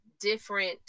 different